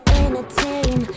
entertain